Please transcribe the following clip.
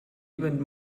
event